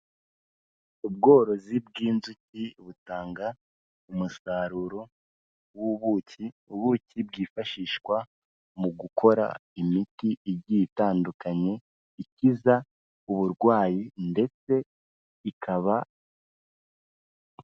Ubworozi bw'inzuki butanga umusaruro w'ubuki ubuki bwifashishwa mu gukora imiti igiye itandukanye, ikiza uburwayi ndetse ikaba